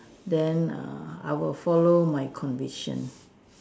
then err I will follow my conviction